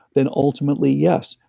then ultimately yes,